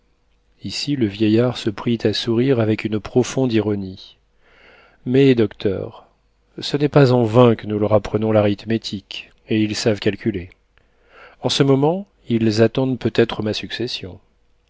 ici le vieillard se prit à sourire avec une profonde ironie mais docteur ce n'est pas en vain que nous leur apprenons l'arithmétique et ils savent calculer en ce moment ils attendent peut-être ma succession